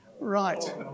Right